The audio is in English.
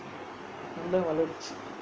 நல்ல வளர்ச்சி:nalla valarchi